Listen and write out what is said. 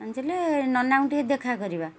ପହଞ୍ଚିଲେ ନନାଙ୍କୁ ଟିକେ ଦେଖା କରିବା